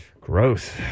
Gross